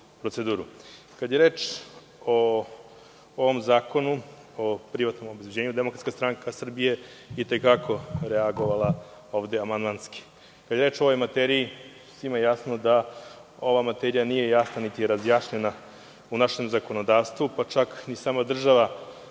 je reč o ovom zakonu o privatnom obezbeđenju, DSS je i te kako reagovala ovde amandmanski. Kada je reč o ovoj materija, svima je jasno da ova materija nije jasna, niti je razjašnjena u našem zakonodavstvu, pa čak ni sama država